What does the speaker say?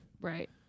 right